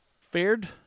fared